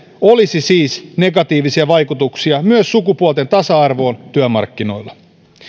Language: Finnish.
olisi siis selkeitä negatiivisia vaikutuksia myös sukupuolten tasa arvoon työmarkkinoilla